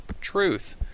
truth